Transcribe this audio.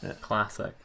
Classic